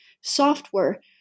software